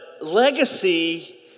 legacy